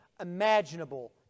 imaginable